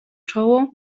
czoło